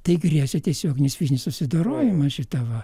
tai grėsė tiesioginis fizinis susidorojimas šita va